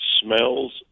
smells